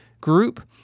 group